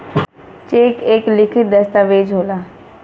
check एक लिखित दस्तावेज होला